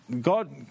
God